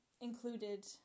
included